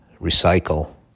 recycle